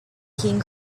keene